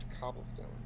cobblestone